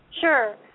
Sure